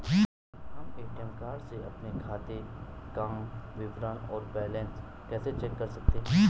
हम ATM card से अपने खाते काम विवरण और बैलेंस कैसे चेक कर सकते हैं?